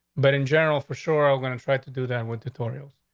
but in general for sure, i'm gonna try to do that with territorial.